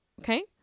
Okay